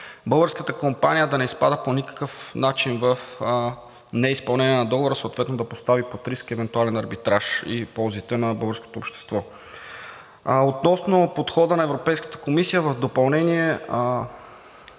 българската компания да не изпада по никакъв начин в неизпълнение на договора, съответно да постави под риск евентуален арбитраж и ползите на българското общество. Относно подхода на Европейската комисия, в допълнение